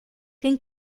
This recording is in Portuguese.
quem